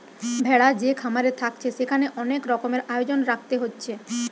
ভেড়া যে খামারে থাকছে সেখানে অনেক রকমের আয়োজন রাখতে হচ্ছে